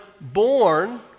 born